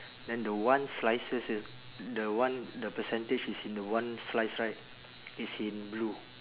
then the one slices is the one the percentage is in the one slice right it's in blue